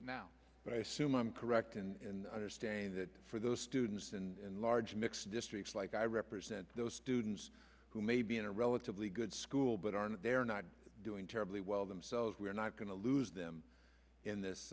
it now but i assume i'm correct in understanding that for those students and large mixed districts like i represent those students who may be in a relatively good school but aren't they are not doing terribly well themselves we are not going to lose them in this